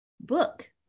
book